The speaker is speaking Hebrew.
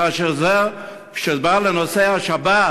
כאשר זה בא לנושא השבת